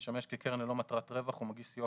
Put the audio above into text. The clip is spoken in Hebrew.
המשמש כקרן ללא מטרת רווח ומגיש סיוע